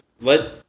let